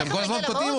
אתם כל הזמן קוטעים אותה.